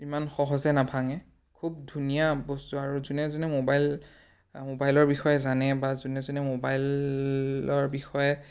ইমান সহজে নেভাঙে খুব ধুনীয়া বস্তু আৰু যোনে যোনে মোবাইল মোবাইলৰ বিষয়ে জানে বা যোনে যোনে মোবাইলৰ বিষয়ে